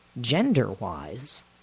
gender-wise